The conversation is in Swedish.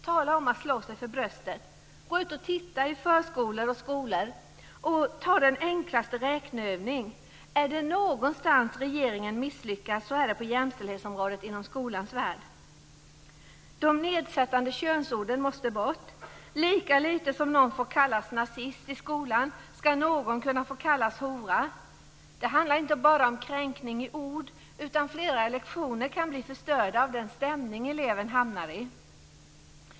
Tala om att slå sig för bröstet! Gå ut och titta i förskolor och skolor och ta den enklaste räkneövning! Är det någonstans regeringen har misslyckats så är det på jämställdhetsområdet inom skolans värld. De nedsättande könsorden måste bort. Lika lite som någon får kallas nazist i skolan ska någon kunna få kallas hora. Det handlar inte bara om kränkning i ord, utan flera lektioner kan bli förstörda av den stämning eleven hamnar i.